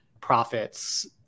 profits